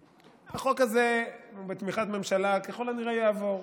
החוק הזה הוא בתמיכת ממשלה, והוא ככל הנראה יעבור,